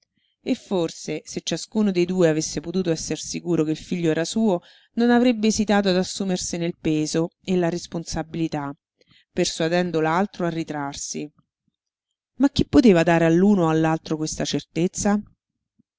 e forse se ciascuno dei due avesse potuto esser sicuro che il figlio era suo non avrebbe esitato ad assumersene il peso e la responsabilità persuadendo l'altro a ritrarsi ma chi poteva dare all'uno o all'altro questa certezza